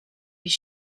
his